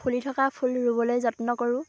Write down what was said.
ফুলি থকা ফুল ৰুবলৈ যত্ন কৰোঁ